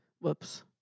Whoops